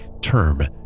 term